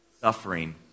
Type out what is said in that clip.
Suffering